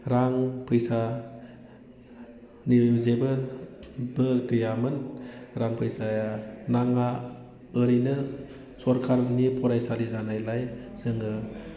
रां फैसानिबो जेबो गैयामोन रां फैसाया नाङा ओरैनो सोरखारनि फरायसालि जानायलाय जोङो